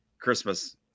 christmas